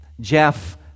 Jeff